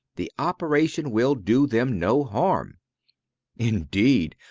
the operation will do them no harm indeed,